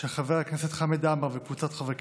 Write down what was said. של חבר הכנסת חמד עמאר וקבוצת חברי